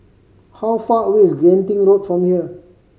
how far away is Genting Road from here